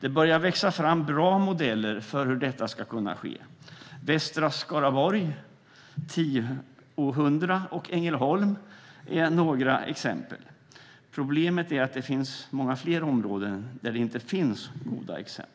Det börjar växa fram bra modeller för hur detta ska kunna ske. Västra Skaraborg, Tiohundra och Ängelholm är några exempel. Problemet är att det finns många fler områden där det inte finns goda exempel.